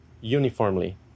uniformly